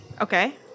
Okay